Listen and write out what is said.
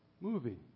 Movie